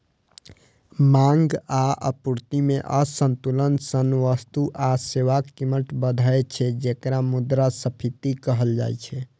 मांग आ आपूर्ति मे असंतुलन सं वस्तु आ सेवाक कीमत बढ़ै छै, जेकरा मुद्रास्फीति कहल जाइ छै